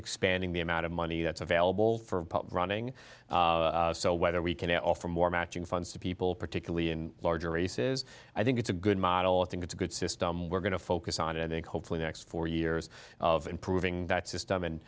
expanding the amount of money that's available for public running so whether we can offer more matching funds to people particularly in larger races i think it's a good model i think it's a good system we're going to focus on and hopefully the next four years of improving that system and